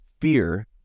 fear